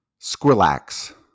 Squillax